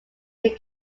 they